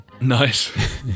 nice